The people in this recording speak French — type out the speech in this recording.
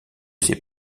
ces